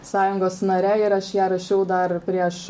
sąjungos nare ir aš ją rašiau dar prieš